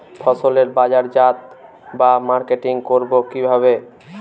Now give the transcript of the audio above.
ফসলের বাজারজাত বা মার্কেটিং করব কিভাবে?